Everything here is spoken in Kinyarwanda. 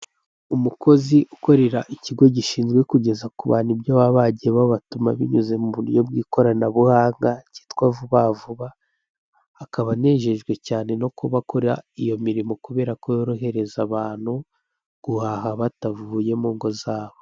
Umukozi ukorera ikigo gishinzwe kugeza ku bantu ibyo baba bagiye babatuma binyuze mu buryo bw'ikoranabuhanga, cyitwa Vuba Vuba, akaba anejejwe cyane no kuba akora iyo mirimo kubera ko yorohereza abantu guhaha batavuye mu ngo zabo.